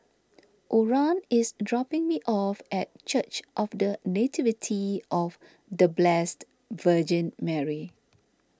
Oran is dropping me off at Church of the Nativity of the Blessed Virgin Mary